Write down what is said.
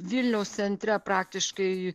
vilniaus centre praktiškai